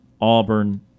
Auburn